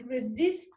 resist